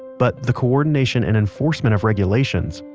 but the coordination and enforcement of regulations,